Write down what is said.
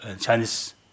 Chinese